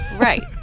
Right